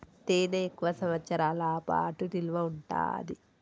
తేనె ఎక్కువ సంవత్సరాల పాటు నిల్వ ఉంటాది